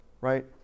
right